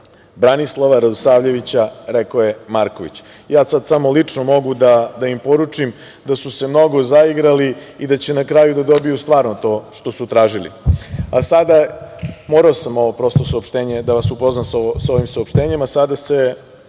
Branislava Radosavljevića“ – rekao je Marković. Sada samo lično mogu da im poručim da su se mnogo zaigrali i da će na kraju da dobiju stvarno to što su tražili. Morao sam da vas upoznam sa ovim saopštenjem, a sada se